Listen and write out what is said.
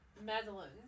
Madeline